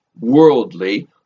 worldly